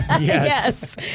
Yes